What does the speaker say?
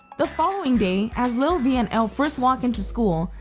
the following day, as little vee and elle first walk into school,